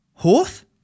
Horth